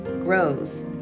grows